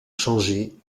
changé